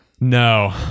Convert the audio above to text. No